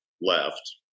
left